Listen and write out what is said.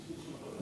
אדוני היושב-ראש,